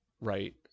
Right